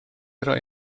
roi